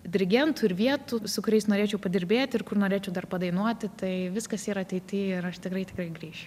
dirigentų ir vietų su kuriais norėčiau padirbėti ir kur norėčiau dar padainuoti tai viskas yra ateity ir aš tikrai tikrai grįšiu